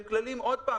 שוב,